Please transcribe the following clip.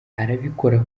arabikora